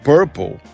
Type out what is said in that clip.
Purple